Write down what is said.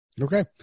Okay